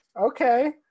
okay